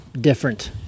different